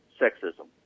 sexism